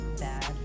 bad